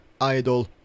Idol